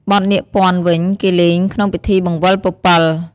បទនាគព័ទ្ធវិញ គេលេងក្នុងពិធីបង្វិលពពិល។